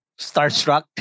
starstruck